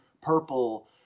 purple